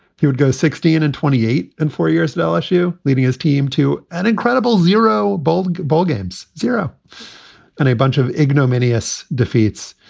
he would go sixteen and twenty eight. and four years at and lsu, leading his team to an incredible zero bowling ballgames, zero and a bunch of ignominious defeats.